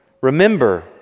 Remember